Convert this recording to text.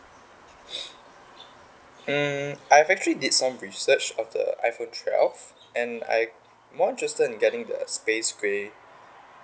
um I've actually did some research of the iphone twelve and I'm more interested in getting the space grey